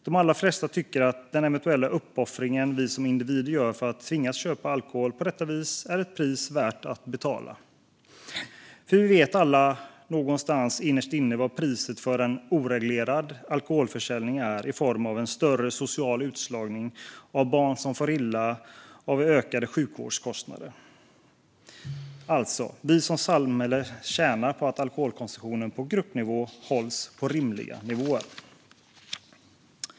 De allra flesta tycker att den eventuella uppoffring vi som individer gör som tvingas att köpa vår alkohol på detta vis är ett pris som är värt att betala, för vi vet alla någonstans innerst inne vad priset för en oreglerad alkoholförsäljning är i form av en större social utslagning, barn som far illa och ökade sjukvårdskostnader. Vi som samhälle tjänar alltså på att alkoholkonsumtionen på gruppnivå hålls på rimliga nivåer.